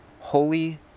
holy